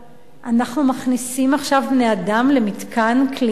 מכניסים עכשיו בני-אדם למתקן כליאה?